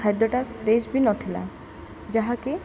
ଖାଦ୍ୟଟା ଫ୍ରେଶ୍ ବି ନଥିଲା ଯାହାକି